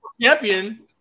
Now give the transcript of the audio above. Champion